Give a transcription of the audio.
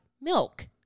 milk